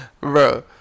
Bro